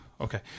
okay